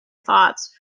thoughts